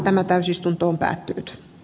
tämä yleistä liikennettä